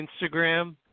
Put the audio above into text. Instagram